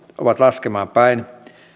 ovat laskemaan päin